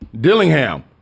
dillingham